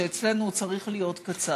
שאצלנו הוא צריך להיות קצר,